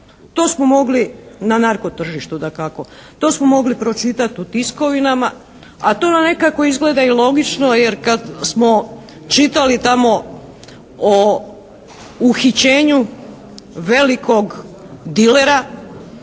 To smo mogli, na narko tržištu dakako, pročitati u tiskovinama. A to nam nekako izgleda i logično jer kad smo čitali tamo o uhićenju velikog dilera